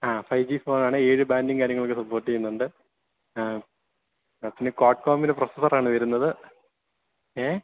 ആ five G ഫോണാണ് ഏഴു ബാൻഡും കാര്യങ്ങളൊക്കെ സപ്പോർട്ട് ചെയ്യുന്നുണ്ട് ആ ആ പിന്നെ ക്വാഡ് കോംബിൻ്റെ പ്രൊസസ്സറാണ് വരുന്നത് വരുന്നത് ഏ